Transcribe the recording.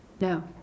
No